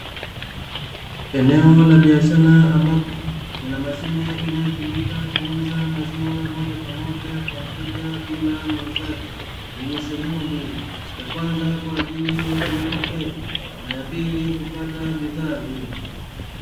Eneo la biashara ambapo kuna mashine inayotumika kuuza maziwa moja kwa moja kwa mteja bila muuzaji, yenye sehemu mbili, ya kwanza ya kuweka fedha na ya pili kwa ajili ya kupata bidhaa hiyo,